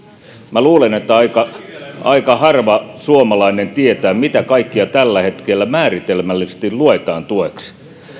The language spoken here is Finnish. minä luulen että aika aika harva suomalainen tietää mitä kaikkea tällä hetkellä määritelmällisesti luetaan tueksi